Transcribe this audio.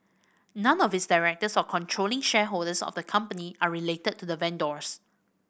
none of its directors or controlling shareholders of the company are related to the vendors